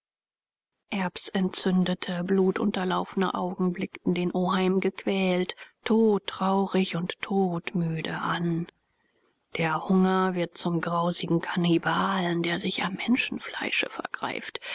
erbs entzündete blutunterlaufene augen blickten den oheim gequält todtraurig und todmüde an der hunger wird zum grausigen kannibalen der sich am menschenfleische vergreift